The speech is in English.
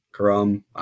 Karam